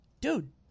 Dude